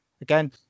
again